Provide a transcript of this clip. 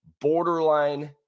borderline